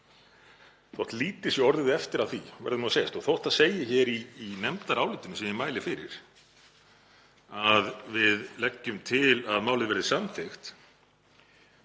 þótt lítið sé orðið eftir af því, verður nú að segjast. Og þótt það segi hér í nefndarálitinu, sem ég mæli fyrir, að við leggjum til að málið verði samþykkt